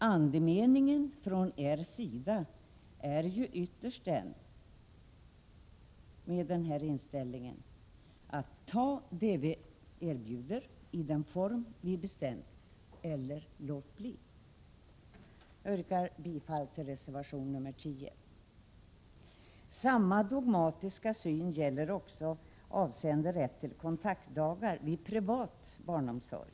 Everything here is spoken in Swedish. Andemeningen från er sida är ju ytterst denna: Ta det vi erbjuder i den form vi bestämt eller låt bli! Jag yrkar bifall till reservation 10. Samma dogmatiska syn gäller också avseende rätt till kontaktdagar vid privat barnomsorg.